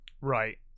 right